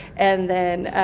and then,